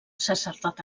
sacerdot